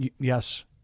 Yes